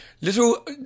Little